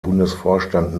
bundesvorstand